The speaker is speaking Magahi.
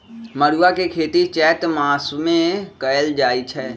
मरुआ के खेती चैत मासमे कएल जाए छै